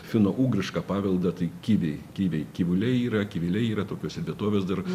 finoūgrišką paveldą tai kiviai kiviai kivūliai yra kiviliai yra tokiose vietovės dar